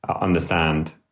understand